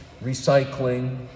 recycling